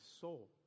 soul